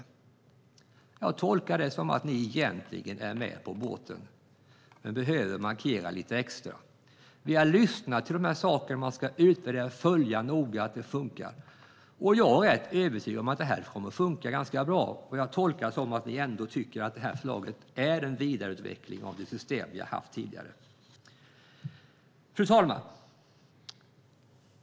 Jag tolkar det som att ni egentligen är med på båten men behöver markera lite extra. Vi har lyssnat till de här sakerna, att man ska utvärdera och följa noga att det funkar, och jag är övertygad om att det här kommer att funka ganska bra. Jag tolkar det som att ni ändå tycker att det här förslaget är en vidareutveckling av det system vi har haft tidigare. Fru talman!